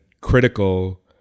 critical